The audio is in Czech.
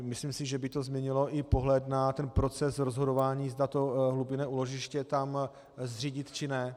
Myslím si, že by to změnilo i pohled na proces rozhodování, zda to hlubinné úložiště tam zřídit, či ne.